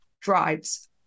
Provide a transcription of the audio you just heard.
drives